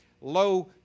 low